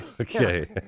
Okay